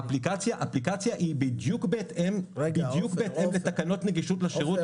האפליקציה היא בדיוק בהתאם לתקנות נגישות לשירות,